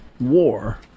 war